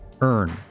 earn